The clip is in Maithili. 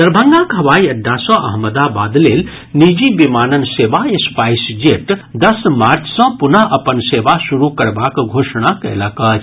दरभंगाक हवाई अड्डा सँ अहमदाबाद लेल निजी विमानन सेवा स्पाईस जेट दस मार्च सँ पुनः अपन सेवा शुरू करबाक घोषणा कयलक अछि